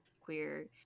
queer